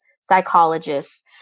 psychologists